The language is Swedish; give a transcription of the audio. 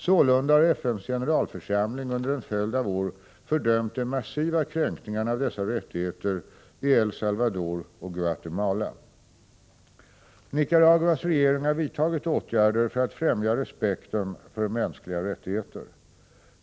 Sålunda har FN:s generalförsamling under en följd av år fördömt de massiva kränkningarna av dessa rättigheter i El Salvador och Guatemala. Nicaraguas regering har vidtagit åtgärder för att främja respekten för mänskliga rättigheter.